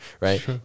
Right